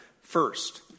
first